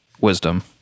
wisdom